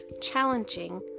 challenging